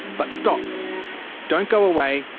but stop don't go away!